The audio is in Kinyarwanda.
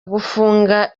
gufunga